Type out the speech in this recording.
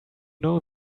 know